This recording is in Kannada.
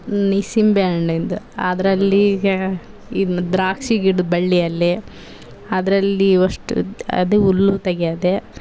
ಮೂಸಂಬೆ ಹಣ್ಣಿಂದ್ ಅದ್ರಲ್ಲೀ ಇದುದ್ ದ್ರಾಕ್ಷಿ ಗಿಡ ಬಳ್ಳಿಯಲ್ಲಿ ಅದ್ರಲ್ಲೀ ಅಷ್ಟು ಅದು ಹುಲ್ಲು ತೆಗಿಯೋದೆ